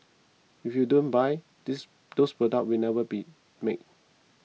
if you don't buy this those products will never be made